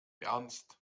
ernst